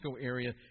area